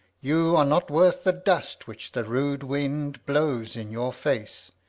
you are not worth the dust which the rude wind blows in your face!